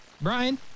Brian